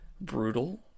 brutal